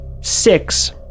Six